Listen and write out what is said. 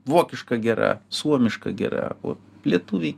vokiška gera suomiška gera o lietuviai